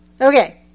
Okay